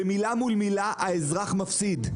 במילה מול מילה האזרח מפסיד.